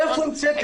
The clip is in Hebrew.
מאיפה המצאת את זה?